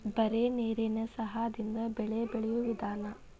ಬರೇ ನೇರೇನ ಸಹಾದಿಂದ ಬೆಳೆ ಬೆಳಿಯು ವಿಧಾನಾ